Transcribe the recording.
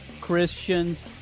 Christians